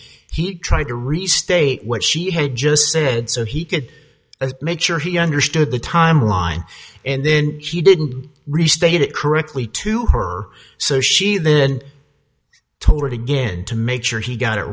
he tried to restate what she had just said so he could make sure he understood the timeline and then he didn't restate it correctly to her so she then tolbert again to make sure he got it